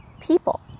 people